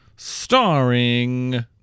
Starring